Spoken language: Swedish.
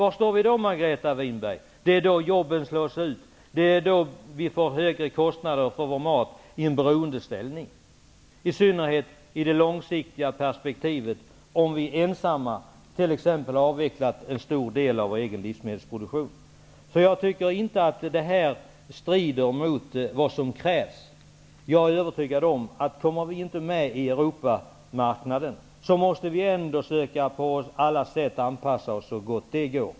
Det är då jobben slås ut. Det är då vi får högre kostnader för vår mat. Vi hamnar i en beroendeställning, i synnerhet i det långsiktiga perspektivet, om vi t.ex. har avvecklat en stor del av vår egen livsmedelsproduktion. Det här strider inte mot vad som krävs. Jag är övertygad om att vi, om vi inte kommer med i Europamarknaden, ändå på alla sätt måste anpassa oss så gott det går.